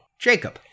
Jacob